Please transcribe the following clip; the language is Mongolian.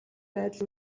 байдал